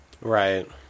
Right